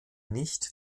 nicht